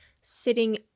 sitting